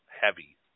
heavy